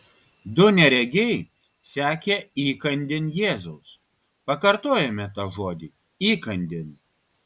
du neregiai sekė įkandin jėzaus pakartojame tą žodį įkandin